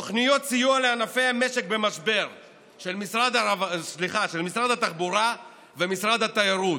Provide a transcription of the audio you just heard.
בתוכניות הסיוע לענפי המשק במשבר של משרד התחבורה ומשרד התיירות,